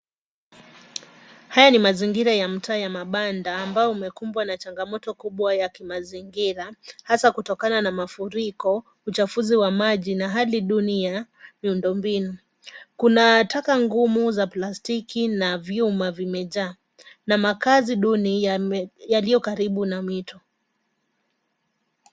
Haya ni mazingira ya mtaa ya mabanda ambao umekumbwa na changamoto kubwa ya kimazingira hasa kutokana na mafuriko, uchafuzi wa maji na hali duni ya miundombinu. Kuna taka ngumu za plastiki na vyuma vimejaa na makazi duni yaliyo karibu na mito.